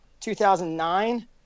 2009